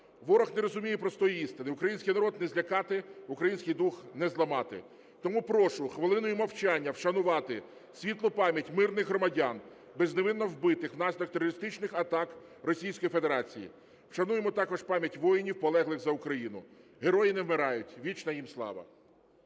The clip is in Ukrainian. Ворог не розуміє простої істини: український народ не злякати, український дух не зламати. Тому прошу хвилиною мовчання вшанувати світлу пам'ять мирних громадян, безневинно вбитих внаслідок терористичних атак Російської Федерації. Вшануємо також пам'ять воїнів, полеглих за Україну. Герої не вмирають. Вічна їм слава.